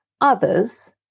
others